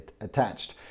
attached